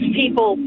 people